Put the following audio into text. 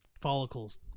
follicles